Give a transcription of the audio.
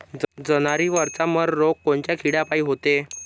जवारीवरचा मर रोग कोनच्या किड्यापायी होते?